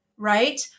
Right